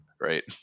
right